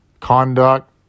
conduct